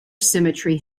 symmetry